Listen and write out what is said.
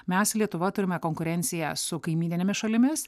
mes lietuva turime konkurenciją su kaimyninėmis šalimis